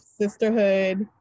sisterhood